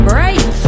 right